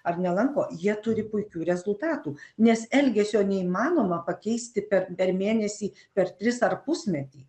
ar nelanko jie turi puikių rezultatų nes elgesio neįmanoma pakeisti per per mėnesį per tris ar pusmetį